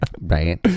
Right